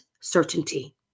certainty